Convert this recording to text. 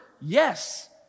Yes